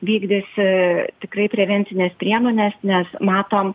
vykdys ee tikrai prevencines priemones nes matom